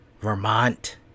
Vermont